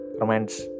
romance